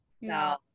no